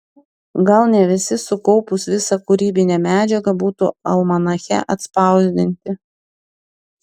gal ne visi sukaupus visą kūrybinę medžiagą būtų almanache atspausdinti